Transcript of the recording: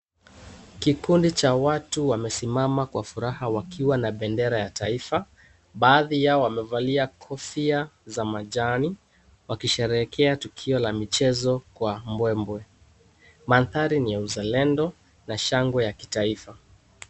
Kikundi cha watu wamesimama kwa furaha wakiwa na bendera ya taifa. Baadhi yao wamevalia kofia za majani wakisherekea tukio la michezo kwa mbwembwe. Maandhari ni ya uzalendo na shangwe ya kitaifa.